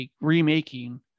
remaking